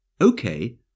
Okay